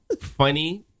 funny